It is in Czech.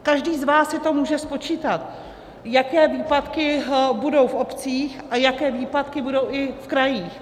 Každý z vás si to může spočítat, jaké výpadky budou v obcích a jaké výpadky budou i v krajích.